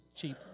cheap